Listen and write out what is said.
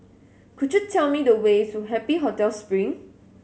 could you tell me the way to Happy Hotel Spring